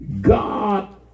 God